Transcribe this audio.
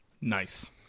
Nice